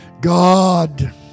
God